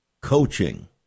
Coaching